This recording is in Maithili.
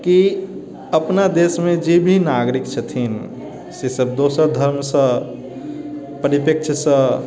कि अपना देशमे जे भी नागरिक छथिन से सब दोसर धर्मसँ परिप्रेक्ष्यसँ